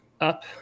up